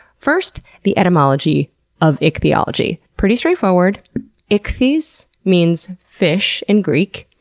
first, the etymology of ichthyology. pretty straightforward ichthys means fish in greek.